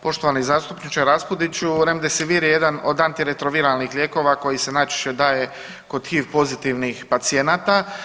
Poštovani zastupniče Raspudiću Remdesivir je jedan od antiretroviralnih lijekova koji se najčešće daje kod HIV pozitivnih pacijenata.